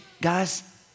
guys